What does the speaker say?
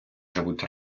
живуть